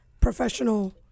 professional